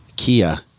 Kia